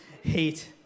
hate